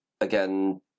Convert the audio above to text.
again